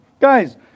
guys